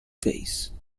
face